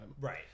Right